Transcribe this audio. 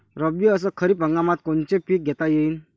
रब्बी अस खरीप हंगामात कोनचे पिकं घेता येईन?